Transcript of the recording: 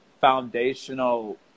foundational